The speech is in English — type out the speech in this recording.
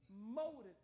molded